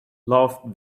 laughed